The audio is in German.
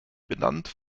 benannt